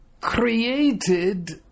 created